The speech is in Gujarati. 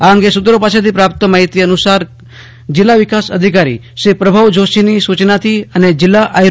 આ અંગે સુત્રો પાસેથી મળતી માહિતી અનુસાર જીલ્લા વિકાસ અધિકારી પ્રભવ જોશીની સૂચનાથી અને જિલ્લા આયુ